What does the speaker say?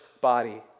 body